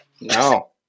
no